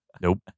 Nope